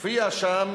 הופיע שם